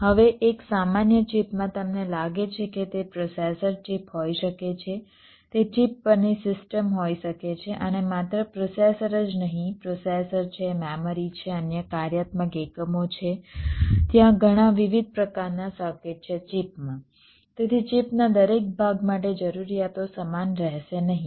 હવે એક સામાન્ય ચિપમાં તમને લાગે છે કે તે પ્રોસેસર ચિપ હોઈ શકે છે તે ચિપ પરની સિસ્ટમ હોઈ શકે છે અને માત્ર પ્રોસેસર જ નહીં પ્રોસેસર છે મેમરી છે અન્ય કાર્યાત્મક એકમો છે ત્યાં ઘણાં વિવિધ પ્રકારના સર્કિટ છે ચિપમાં તેથી ચિપના દરેક ભાગ માટે જરૂરિયાતો સમાન રહેશે નહીં